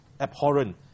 abhorrent